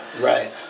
Right